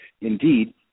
indeed